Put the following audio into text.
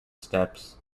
steps